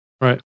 Right